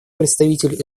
представитель